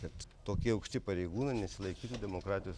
kad tokie aukšti pareigūnai nesilaikytų demokratijos